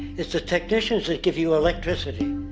it's the technicians that give you electricity.